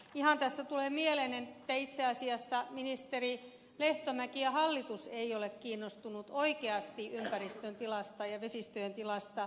ihan tässä tulee mieleen että itse asiassa ministeri lehtomäki ja hallitus eivät ole oikeasti kiinnostuneita ympäristön ja vesistöjen tilasta